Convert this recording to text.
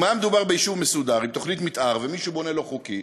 אם היה מדובר ביישוב מסודר עם תוכנית מתאר ומישהו בונה לא חוקי,